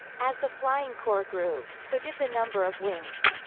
as the flying corps grew, so did the number of wings.